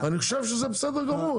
אני חשוב שזה בסדר גמור.